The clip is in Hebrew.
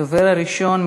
הדובר הראשון,